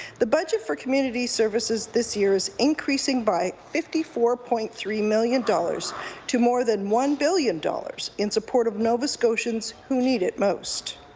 the budget for community services this year is increasing by fifty four point three million dollars to more than one million dollars in support of nova scotians who need it most.